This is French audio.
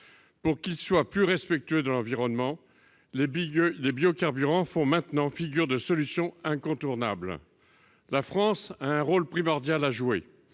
pour qu'il soit plus respectueux de l'environnement, les biocarburants font maintenant figure de solution incontournable. La France a un rôle primordial à jouer.